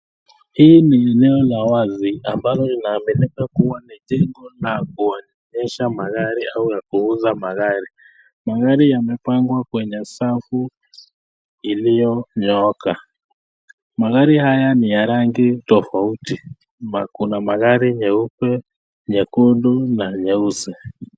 Hii ni eneo la wazi ambalo linaaminika kua ni jengo la kuonesha magari ama kuuza magari. Magari yamepangwa kwenye safu iliyonyooka.. Magari haya ni ya rangi tofauti , kuna magari nyeupe, nyekundu na nyeusi.